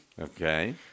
Okay